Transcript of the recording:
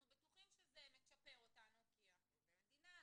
אנחנו בטוחים שזה מצ'פר אותנו כי אנחנו עובדי מדינה,